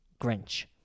Grinch